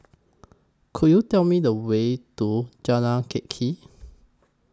Could YOU Tell Me The Way to Jalan Teck Kee